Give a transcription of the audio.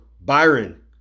Byron